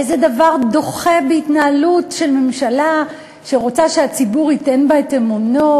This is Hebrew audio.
איזה דבר דוחה בהתנהלות של ממשלה שרוצה שהציבור ייתן בה את אמונו,